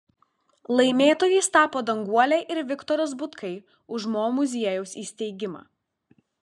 laimėtojais tapo danguolė ir viktoras butkai už mo muziejaus įsteigimą